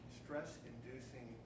stress-inducing